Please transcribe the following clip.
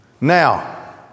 Now